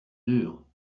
dur